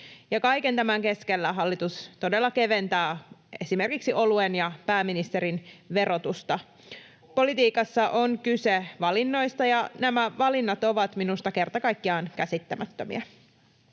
kaiken tämän keskellä hallitus todella keventää esimerkiksi oluen ja pääministerin verotusta. Politiikassa on kyse valinnoista, ja nämä valinnat ovat minusta kerta kaikkiaan käsittämättömiä.